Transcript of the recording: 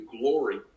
glory